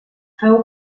feu